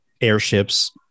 airships